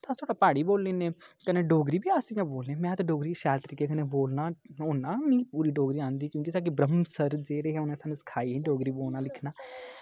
ते अस प्हाड़ी बोली लैन्ने कन्नै डोगरी बी अस इ'यां बोलने में ते डोगरी शैल तरीके कन्नै बोलना होन्ना मिगी पूरी डोगरी आंदी क्योंकि साढ़े ब्रह्म सर जेह्ड़े हे उ'नें सानू सखाई ही डोगरी बोलना लिखना